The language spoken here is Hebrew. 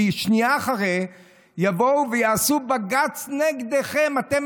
כי שנייה אחרי יבואו ויעשו בג"ץ נגדכם אתם,